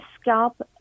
scalp